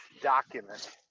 document